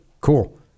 cool